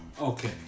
Okay